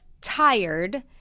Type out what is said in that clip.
tired